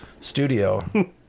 studio